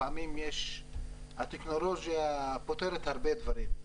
לפעמים הטכנולוגיה פותרת הרבה דברים.